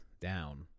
down